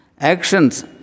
Actions